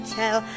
tell